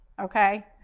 okay